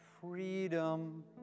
freedom